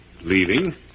Leaving